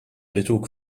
little